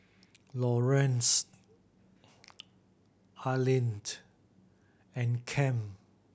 Laurance Alline and